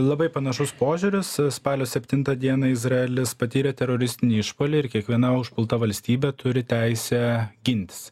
labai panašus požiūris spalio septintą dieną izraelis patyrė teroristinį išpuolį ir kiekviena užpulta valstybė turi teisę gintis